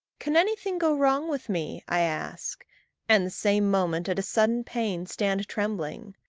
can anything go wrong with me? i ask and the same moment, at a sudden pain, stand trembling.